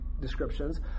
descriptions